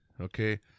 okay